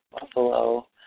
Buffalo